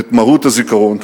ואת מהות הזיכרון.